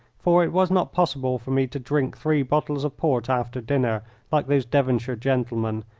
for it was not possible for me to drink three bottles of port after dinner like those devonshire gentlemen,